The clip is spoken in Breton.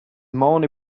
mann